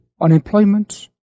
unemployment